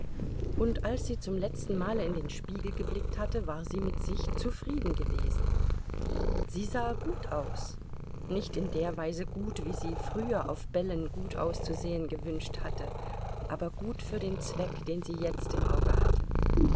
und als sie zum letzten male in den spiegel geblickt hatte war sie mit sich zufrieden gewesen sie sah gut aus nicht in der weise gut wie sie früher auf bällen gut auszusehen gewünscht hatte aber gut für den zweck den sie jetzt im auge hatte